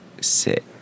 sit